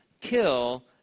kill